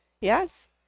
yes